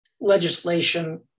legislation